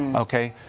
ah okay.